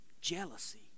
jealousy